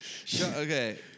okay